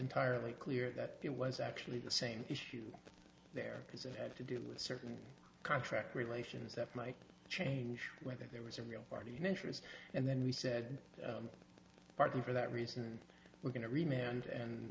entirely clear that it was actually the same issue there because of have to do certain contract relations that might change whether there was a real party in interest and then we said partly for that reason and we're going to